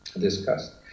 discussed